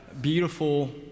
Beautiful